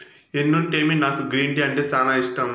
ఎన్నుంటేమి నాకు green tea అంటే సానా ఇష్టం